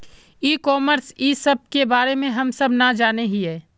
E commerce इस सब के बारे हम सब ना जाने हीये?